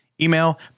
Email